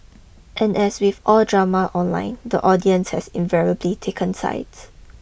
and as with all drama online the audience has invariably taken sides